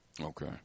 Okay